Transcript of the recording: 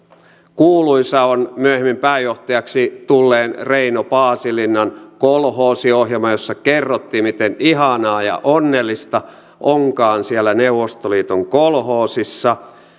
kuuluisa on myöhemmin pääjohtajaksi tulleen reino paasilinnan kolhoosiohjelma jossa kerrottiin miten ihanaa ja onnellista onkaan siellä neuvostoliiton kolhoosissa